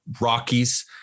Rockies